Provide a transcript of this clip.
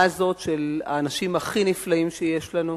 הזאת של האנשים הכי נפלאים שיש לנו,